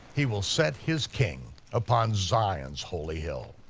he will set his king upon zion's holy hill.